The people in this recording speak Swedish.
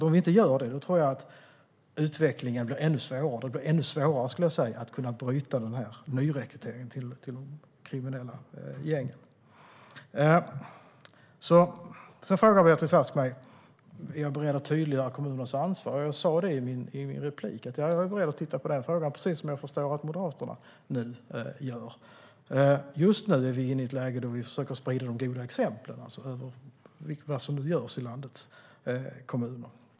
Om vi inte gör det tror jag nämligen att utvecklingen blir ännu svårare. Det blir nämligen ännu svårare, skulle jag säga, att bryta nyrekryteringen till kriminella gäng. Beatrice Ask frågar om jag är beredd att tydliggöra kommunernas ansvar, och det sa jag i mitt inlägg. Jag är beredd att titta på den frågan precis som jag förstår att Moderaterna nu gör. Just nu är vi i ett läge där vi försöker sprida de goda exemplen, alltså vad som nu görs i landets kommuner.